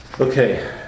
Okay